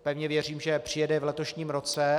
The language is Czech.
Pevně věřím, že přijede v letošním roce.